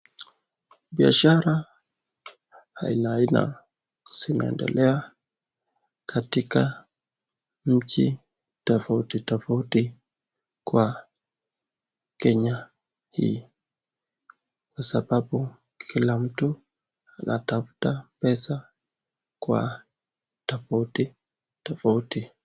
Biashara aina aina zinaendelea katika mji tofauti tofauti kwa kenya hii kwa sababu kila mtu anatafuta pesa kwa tofauti tofauti.